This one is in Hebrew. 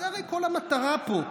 זו הרי כל המטרה שלכם פה,